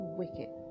wicked